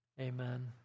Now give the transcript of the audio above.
Amen